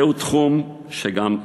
זהו תחום שהוא גם,